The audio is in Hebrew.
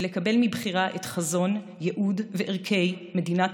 ולקבל מבחירה את חזון הייעוד והערכים של מדינת